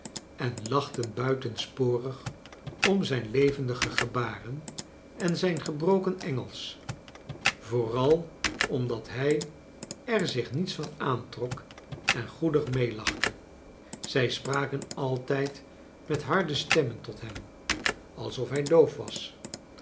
en lachten buitensporig orn zijn levendige ge'baren en zijn gebroken engelsch vooral omdat hij er zich niets van aantrok en goedig meelachte zij spraken altijd met harde stemmen tot hem alsof hij doof was